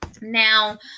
now